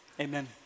Amen